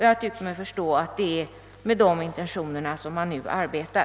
Jag tycker mig förstå att det är med dessa intentioner man nu arbetar.